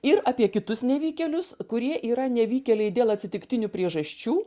ir apie kitus nevykėlius kurie yra nevykėliai dėl atsitiktinių priežasčių